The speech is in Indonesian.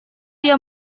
dia